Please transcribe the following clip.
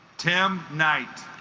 tim night